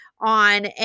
on